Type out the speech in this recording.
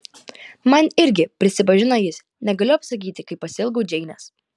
man irgi prisipažino jis negaliu apsakyti kaip pasiilgau džeinės